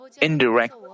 indirect